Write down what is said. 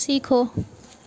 सीखो